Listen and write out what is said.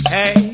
Hey